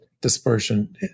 dispersion